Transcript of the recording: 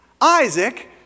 Isaac